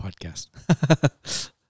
podcast